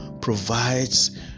provides